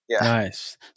Nice